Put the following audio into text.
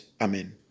amen